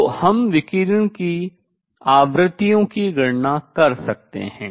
तो हम विकिरण की आवृत्तियों की गणना कर सकते हैं